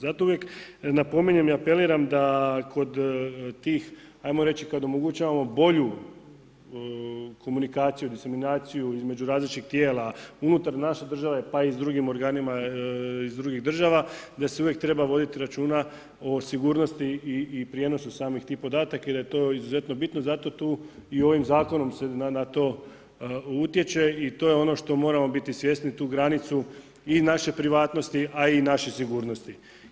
Zato uvijek napominjem i apeliram da kod tih ajmo reći kad omogućavamo bolju komunikaciju, diseminaciju između različitih tijela unutar naše države pa i s drugim organima iz drugih država, da se uvijek treba voditi računa o sigurnosti i prijenosu samih tih podataka i da je to izuzetno bitno, zato tu i ovim zakonom se na to utječe i to je ono na što moramo biti svjesni, tu granicu i naše privatnosti, a i naše sigurnosti.